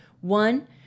One